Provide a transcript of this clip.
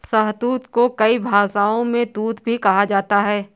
शहतूत को कई भाषाओं में तूत भी कहा जाता है